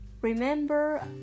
remember